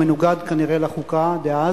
שהוא מנוגד, כנראה, לחוקה דאז,